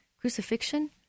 crucifixion